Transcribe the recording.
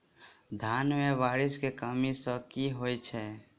धान मे बारिश केँ कमी सँ की होइ छै?